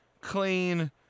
clean